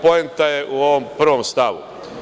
Poenta je u ovom prvom stavu.